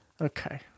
Okay